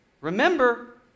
Remember